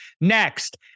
next